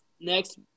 Next